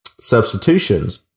substitutions